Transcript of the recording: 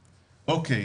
בין-לאומית.